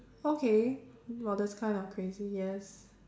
okay well that's kind of crazy yes